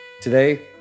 Today